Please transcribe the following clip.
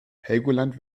helgoland